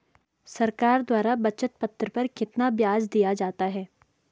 सरकार द्वारा बचत पत्र पर कितना ब्याज दिया जाता है?